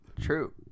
True